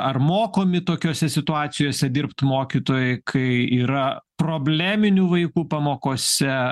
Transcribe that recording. ar mokomi tokiose situacijose dirbt mokytojai kai yra probleminių vaikų pamokose